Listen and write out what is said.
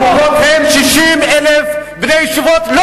מה